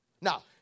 Now